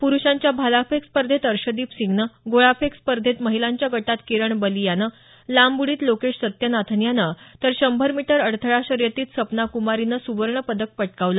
प्रुषांच्या भालाफेक स्पर्धेत अर्शदीप सिंगनं गोळाफेक स्पर्धेत महिलांच्या गटात किरण बलियानं लांब उडीत लोकेश सत्यनाथन यानं तर शंभर मीटर अडथळा शर्यतीत सपना कुमारीनं सुवर्णपदक पटकावलं